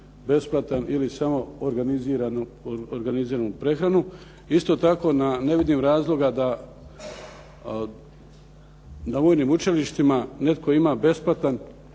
ili samo organiziranu prehranu. Isto tako ne vidim razloga da na vojnim učilištima netko ima besplatan,